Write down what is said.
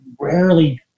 rarely